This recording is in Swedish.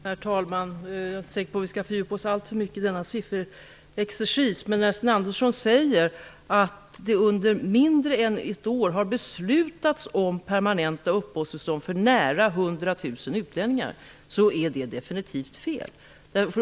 Herr talman! Jag är inte säker på att vi skall fördjupa oss alltför mycket i denna sifferexercis, men när Sten Andersson i Malmö säger att det under mindre än ett år har beslutats om permanenta uppehållstillstånd för nära 100 000 utlänningar är det definitivt fel.